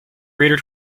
reader